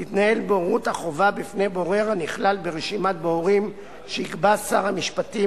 תתנהל בוררות החובה בפני בורר הנכלל ברשימת בוררים שיקבע שר המשפטים,